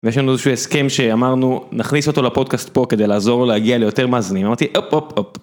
יש לנו איזשהו הסכם שאמרנו נכניס אותו לפודקאסט פה כדי לעזור להגיע ליותר מאזינים.